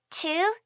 two